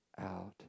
out